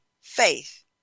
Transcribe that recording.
faith